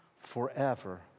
forever